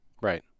Right